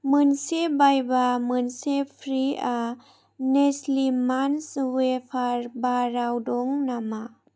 मोनसे बायबा मोनसे फ्रिआ नेस्लि मान्च अवाफार बाराव दं नामा